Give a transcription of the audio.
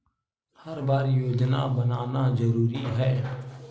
हर बार योजना बनाना जरूरी है?